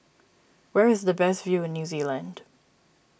where is the best view in New Zealand